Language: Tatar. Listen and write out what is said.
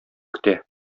көтә